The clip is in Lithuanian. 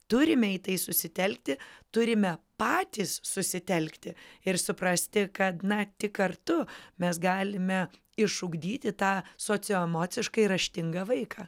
turime į tai susitelkti turime patys susitelkti ir suprasti kad na tik kartu mes galime išugdyti tą socioemociškai raštingą vaiką